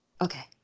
Okay